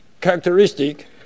characteristic